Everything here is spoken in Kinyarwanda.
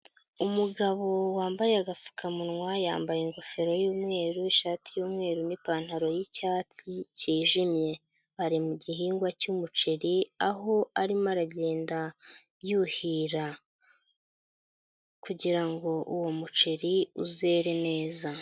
Umugabo wambaye agapfukamunwa, yambaye ingofero y'umweru, ishati y'umweru n'ipantaro y'icyatsi cyijimye. Ari mu gihingwa cyumuceri, aho arimo aragenda yuhira kugira ngo uwo muceri uzere neza.